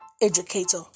educator